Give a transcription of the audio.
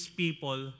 people